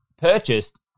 purchased